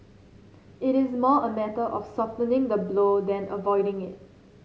it is more a matter of softening the blow than avoiding it